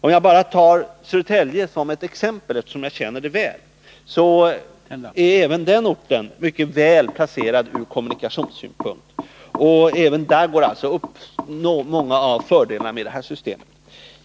För att ta Södertälje som exempel, eftersom jag känner till den orten väl, är även den mycket väl placerad ur kommunikationssynpunkt. Även där skulle det alltså gå att uppnå många av de fördelar jag pekat på.